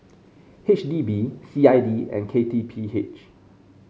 H D B C I D and K T P H